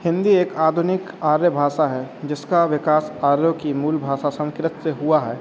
हिन्दी एक आधुनिक आर्य भाषा है जिसका विकास आर्यों की मूल भाषा संस्कृत से हुआ है